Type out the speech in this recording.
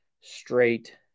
straight